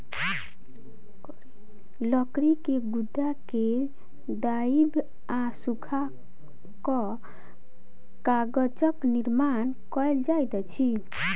लकड़ी के गुदा के दाइब आ सूखा कअ कागजक निर्माण कएल जाइत अछि